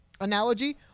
analogy